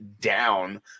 down